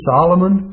Solomon